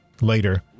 later